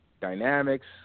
dynamics